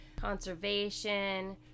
conservation